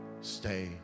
Stay